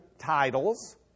titles